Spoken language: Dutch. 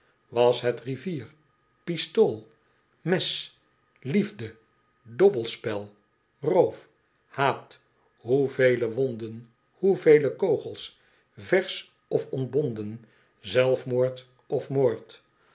was het rivier pistool mes liefde dobbelspel roof haat hoevele wonden hoevele kogels versch of ontbonden zelfmoord of moord